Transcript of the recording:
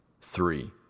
three